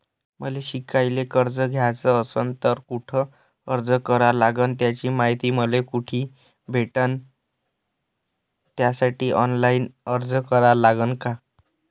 मले शिकायले कर्ज घ्याच असन तर कुठ अर्ज करा लागन त्याची मायती मले कुठी भेटन त्यासाठी ऑनलाईन अर्ज करा लागन का?